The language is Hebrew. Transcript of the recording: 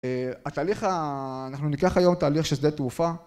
התהליך, אנחנו ניקח היום תהליך של שדה תעופה.